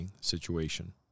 situation